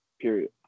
Period